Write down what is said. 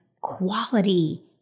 quality